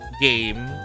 game